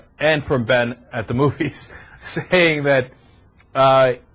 and from ben at the movies sustain that ah.